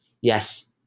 yes